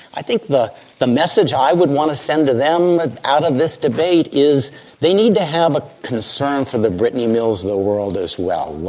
i think the the message i would want to send them out of this debate is they need to have a concern for the brittany mills of the world as well.